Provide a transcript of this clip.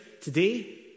today